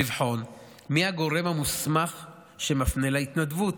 לבחון מי הגורם המוסמך שמפנה להתנדבות,